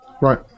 right